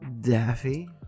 Daffy